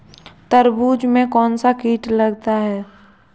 तरबूज में कौनसा कीट लगता है?